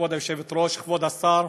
כבוד היושבת-ראש, כבוד השר,